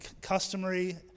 customary